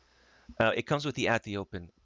ah it comes with the, at the open,